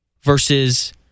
versus